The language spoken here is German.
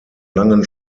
langen